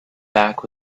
back